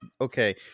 okay